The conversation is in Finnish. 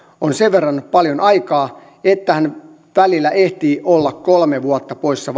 on sen verran paljon aikaa että hän välillä ehtii olla kolme vuotta poissa